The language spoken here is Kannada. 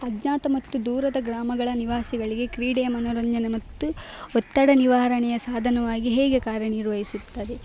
ಅಜ್ಞಾತ ಮತ್ತು ದೂರದ ಗ್ರಾಮಗಳ ನಿವಾಸಿಗಳಿಗೆ ಕ್ರೀಡೆಯ ಮನೋರಂಜನೆ ಮತ್ತು ಒತ್ತಡ ನಿವಾರಣೆಯ ಸಾಧನವಾಗಿ ಹೇಗೆ ಕಾರ್ಯನಿರ್ವಹಿಸುತ್ತದೆ